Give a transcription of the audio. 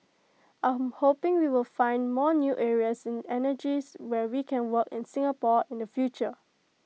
I'm hoping we will find more new areas in energies where we can work in Singapore in the future